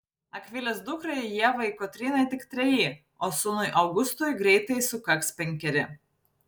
akvilės dukrai ievai kotrynai tik treji o sūnui augustui greitai sukaks penkeri